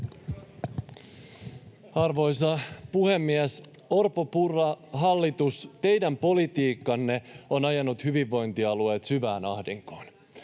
Arvoisa puhemies! Orpon—Purran hallitus RKP:n siunauksella on ajanut hyvinvointialueet syvään ahdinkoon,